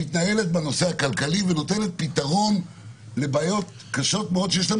שמתנהלת בנושא הכלכלי ונותנת פתרון לבעיות קשות מאוד שיש להן